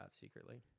secretly